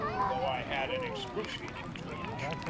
though i had an excruciating twinge,